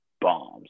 bombs